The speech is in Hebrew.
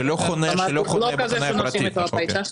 שלא חונה בחניה פרטית.